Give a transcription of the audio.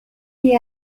you